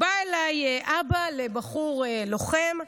בא אליי אבא לבחור לוחם,